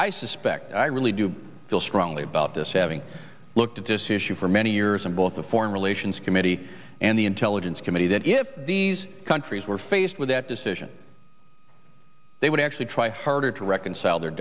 i suspect i really do feel strongly about this having looked at this issue for many years and both the foreign relations committee and the intelligence committee that if these countries were faced with that decision they would actually try harder to reconcile their